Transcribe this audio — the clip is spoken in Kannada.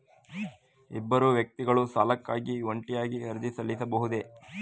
ಇಬ್ಬರು ವ್ಯಕ್ತಿಗಳು ಸಾಲಕ್ಕಾಗಿ ಜಂಟಿಯಾಗಿ ಅರ್ಜಿ ಸಲ್ಲಿಸಬಹುದೇ?